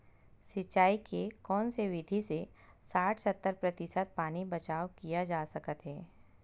सिंचाई के कोन से विधि से साठ सत्तर प्रतिशत पानी बचाव किया जा सकत हे?